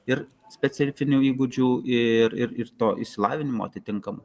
ir specifinių įgūdžių ir ir to išsilavinimo atitinkamo